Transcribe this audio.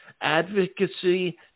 advocacy